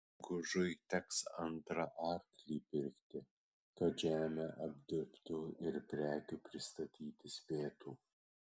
gužui teks antrą arklį pirkti kad žemę apdirbtų ir prekių pristatyti spėtų